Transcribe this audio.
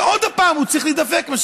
ועוד הפעם הוא צריך להידפק.